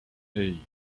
hey